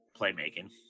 playmaking